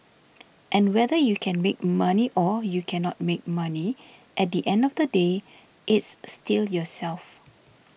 and whether you can make money or you cannot make money at the end of the day it's still yourself